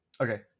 Okay